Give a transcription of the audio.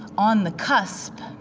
on the cusp